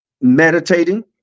meditating